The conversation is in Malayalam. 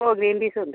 ഓ ഗ്രീൻ പീസും ഉണ്ട്